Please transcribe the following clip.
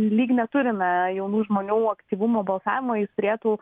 lyg neturime jaunų žmonių aktyvumo balsavimų jis turėtų